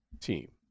team